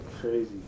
crazy